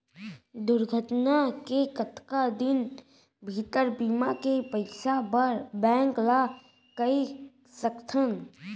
दुर्घटना के कतका दिन भीतर बीमा के पइसा बर बैंक ल कई सकथन?